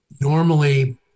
Normally